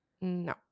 No